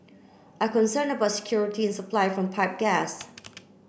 are concerned about security supply from pipe gas